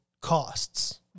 costs